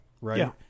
right